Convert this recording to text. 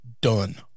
done